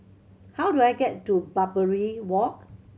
how do I get to Barbary Walk